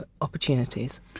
opportunities